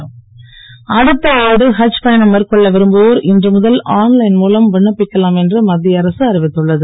ஹஜ் அடுத்த ஆண்டு ஹஜ் பயணம் மேற்கொள்ள விரும்புவோர் இன்று முதல் ஆன் லைன் மூலம் விண்ணப்பிக்கலாம் என்று மத் ய அரசு அறிவித்துள்ளது